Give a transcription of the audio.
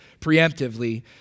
preemptively